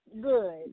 Good